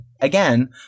Again